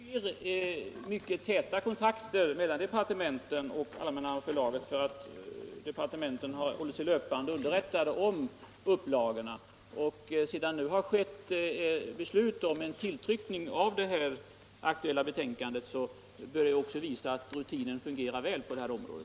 Herr talman! Det förekommer täta kontakter mellan departementen och Allmänna förlaget. Departementen håller sig därigenom löpande underrättade om upplagesituationen. Att det nu har fattats beslut om tryckning av ytterligare en upplaga av det aktuella betänkandet visar väl också att rutinen fungerar väl på detta område.